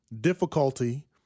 difficulty